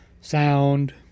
sound